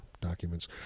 documents